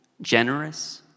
generous